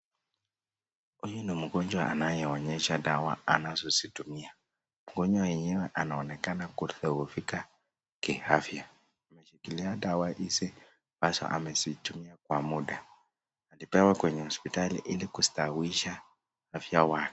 Huyu ni mgonjwa anayeonyesha dawa anazozitumia, mgonjwa mwenyewe anaonekana kudhoofika kiafya. Ameshikilia dawa hizi ambazo amezitumia kwa muda, alipewa kwenye hosiptali ili kustaawisha afya yake.